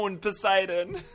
Poseidon